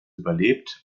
überlebt